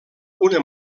una